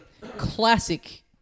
classic